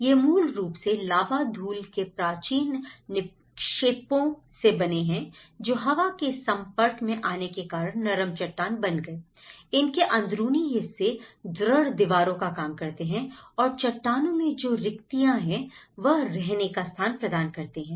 ये मूल रूप से लावा धूल के प्राचीन निक्षेपों से बने हैं जो हवा के संपर्क में आने के कारण नरम चट्टान बन गए इनके अंदरूनी हिस्से दृढ़ दीवारों का काम करते हैं और चट्टानों में जो रिक्तियां है वह रहने का स्थान प्रदान करते हैं